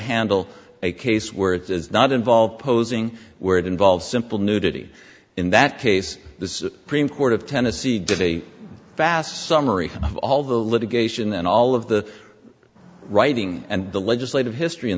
handle a case where it's not involved posing where it involves simple nudity in that case the supreme court of tennessee did a fast summary of all the litigation and all of the writing and the legislative history in